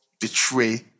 betray